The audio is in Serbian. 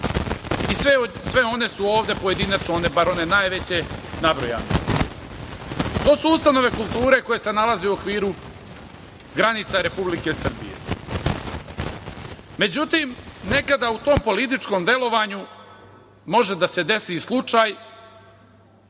i sve one su ovde pojedinačno, bar one najveće, nabrojane. To su ustanove kulture koje se nalaze u okviru granica Republike Srbije.Međutim, nekada u tom političkom delovanju može da se desi i slučaj